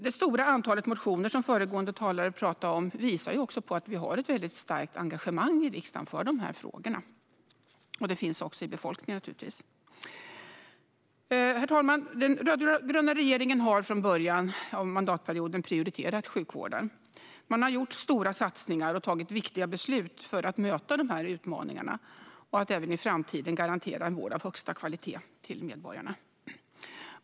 Det stora antalet motioner som föregående talare tog upp visar också att det finns ett väldigt starkt engagemang i riksdagen för dessa frågor, vilket naturligtvis också finns hos befolkningen. Herr talman! Den rödgröna regeringen har från början av mandatperioden prioriterat sjukvården. Man har gjort stora satsningar och fattat viktiga beslut för att möta utmaningarna och för att även i framtiden garantera en vård av högsta kvalitet för medborgarna.